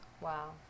Wow